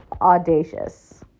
audacious